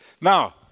Now